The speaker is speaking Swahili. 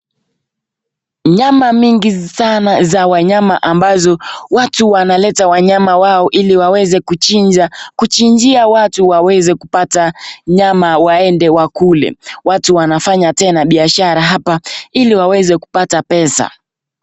Nyama mingi sana za wanyama ambazo watu wanaleta wanyama wao ili waweze kuchinjia watu waweze kupata nyama waende wakule. Watu wanafanya tena biashara hapa ili waweze kupata pesa.